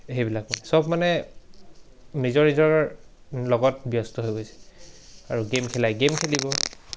সেইবিলাক চব মানে নিজৰ নিজৰ লগত ব্যস্ত হৈ গৈছে আৰু গে'ম খেলায় গে'ম খেলিব